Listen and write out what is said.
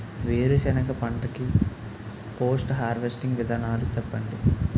వేరుసెనగ పంట కి పోస్ట్ హార్వెస్టింగ్ విధానాలు చెప్పండీ?